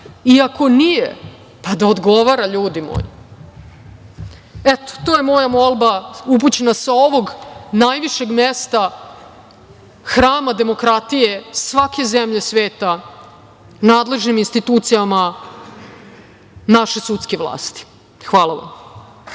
ako nije, pa da odgovara, ljudi moji. To je moja molba upućena sa ovog najvišeg mesta, hrama demokratije svake zemlje sveta, nadležnim institucijama naše sudske vlasti. Hvala vam.